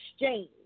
exchange